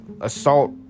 assault